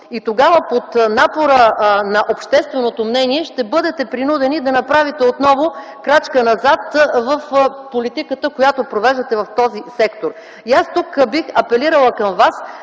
Тогава под напора на общественото мнение ще бъдете принудени да направите отново крачка назад в политиката, която провеждате в този сектор. Бих апелирала към Вас